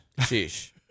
Sheesh